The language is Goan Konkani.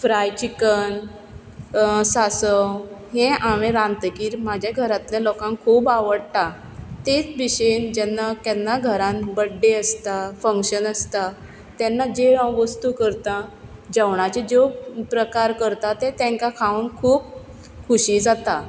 फ्राइ चिकन सांसव हें हांवें रांदतकीर म्हाजे घरांतले लोकांक खूब आवडटा तेच भशेन जेन्ना केन्ना घरांत बर्थडे आसता फंकशन आसता तेन्ना जे हांव वस्तू करतां जेवणाचे ज्यो प्रकार करता ते तांकां खावूंक खूब खुशी जाता